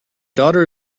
daughter